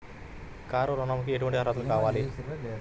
Car ఋణంకి ఎటువంటి అర్హతలు కావాలి?